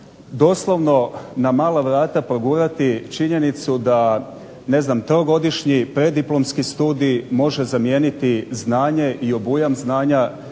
doslovno na mala vrata progurati činjenicu da ne znam trogodišnji preddiplomski studij može zamijeniti znanje i obujam znanja